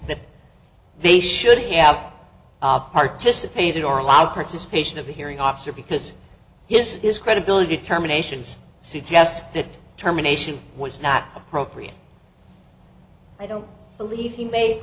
that they should have participated or allowed participation of a hearing officer because his his credibility terminations suggest that terminations was not appropriate i don't believe he ma